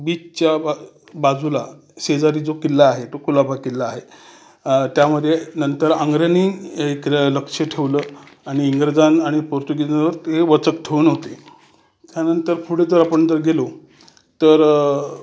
बीचच्या बा बाजूला शेजारी जो किल्ला आहे तो कुलाबा किल्ला आहे त्यामध्ये नंतर अंगरेनी एक लक्ष ठेवलं आणि इंग्रजानं आणि पोर्तुगिजांवर ते वचक ठेवून होते त्यानंतर पुढे जर आपण जर गेलो तर